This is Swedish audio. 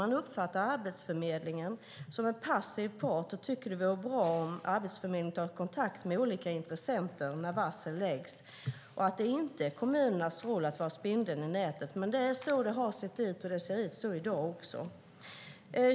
Man uppfattar Arbetsförmedlingen som en passiv part, och man tycker att det vore bra om Arbetsförmedlingen kunde ta kontakt med olika intressenter när varsel läggs. Det är inte kommunernas roll att vara spindeln i nätet. Det är så det har sett ut, och det ser ut så i dag också.